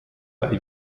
bei